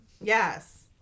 Yes